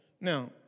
Now